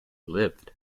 lived